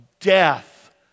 Death